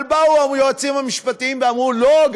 אבל באו היועצים המשפטיים ואמרו: לא,